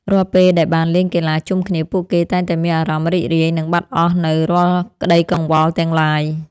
រាល់ពេលដែលបានលេងកីឡាជុំគ្នាពួកគេតែងតែមានអារម្មណ៍រីករាយនិងបាត់អស់នូវរាល់ក្ដីកង្វល់ទាំងឡាយ។